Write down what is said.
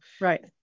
Right